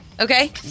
Okay